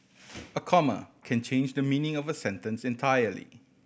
a comma can change the meaning of a sentence entirely